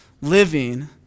living